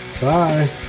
Bye